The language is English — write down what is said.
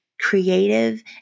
creative